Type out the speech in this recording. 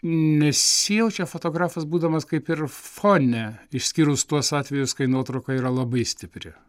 nesijaučia fotografas būdamas kaip ir fone išskyrus tuos atvejus kai nuotrauka yra labai stipri